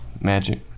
magic